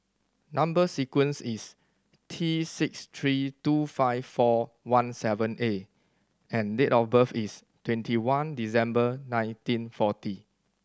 number sequence is T six three two five four one seven A and date of birth is twenty one December nineteen forty